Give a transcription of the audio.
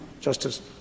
Justice